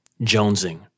jonesing